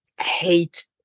hate